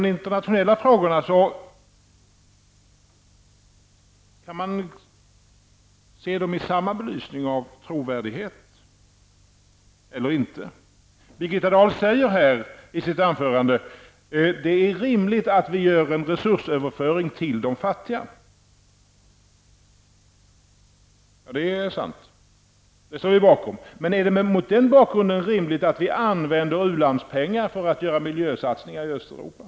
De internationella frågorna kan ses i samma belysning. Det handlar alltså om trovärdighet eller inte. Birgitta Dahl sade här i sitt anförande att det är rimligt att vi gör en resursöverföring till de fattiga. Ja, det är sant. Det instämmer vi således i. Men är det mot den bakgrunden rimligt att vi använder u-landspengar för att göra miljösatsningar i Östeuropa?